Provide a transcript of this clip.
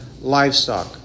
Livestock